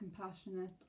compassionate